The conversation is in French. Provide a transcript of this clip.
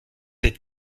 êtes